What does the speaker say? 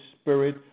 Spirit